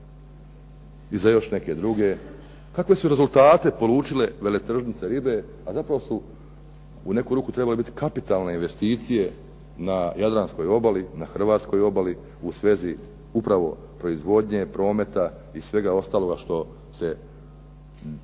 i za još neke druge. Kakve su rezultate polučile veletržnice ribe, a zapravo su u neku ruku trebale biti kapitalne investicije na Jadranskoj obali, na Hrvatskoj obali, u svezi upravo proizvodnje, prometa i svega ostaloga što se